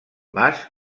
mas